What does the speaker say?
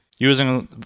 using